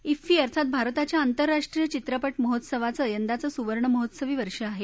ा फुफी अर्थात भारताच्या आंतरराष्ट्रीय चित्रपट महोत्सवाचं यंदाचं सुवर्णमहोत्सवी वर्ष आहे